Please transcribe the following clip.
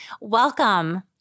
Welcome